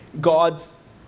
God's